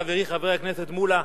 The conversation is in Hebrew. חברי חבר הכנסת מולה,